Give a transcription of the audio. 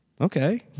okay